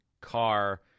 car